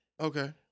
Okay